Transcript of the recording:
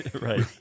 right